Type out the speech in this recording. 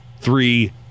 Three